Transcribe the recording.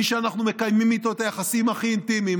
מי שאנחנו מקיימים איתם את היחסים הכי אינטימיים,